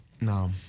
No